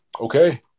Okay